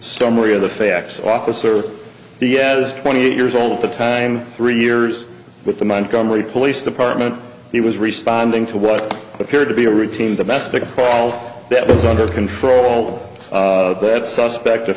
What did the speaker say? summary of the facts officer yet is twenty eight years old at the time three years with the montgomery police department he was responding to what appeared to be a routine domestic halt that was under control that suspect of